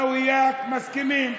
אני ואתה מסכימים,